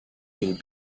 will